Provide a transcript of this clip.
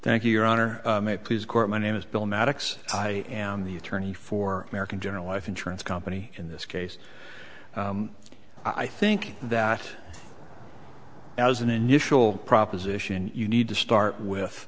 thank you your honor please quote my name is bill maddox i am the attorney for american general life insurance company in this case i think that as an initial proposition you need to start with